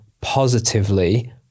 positively